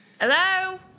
Hello